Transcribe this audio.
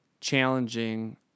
challenging